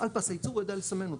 הוא על פס הייצור הוא יודע לסמן אותו.